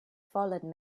fallen